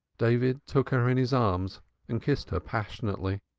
david took her in his arms and kissed her passionately.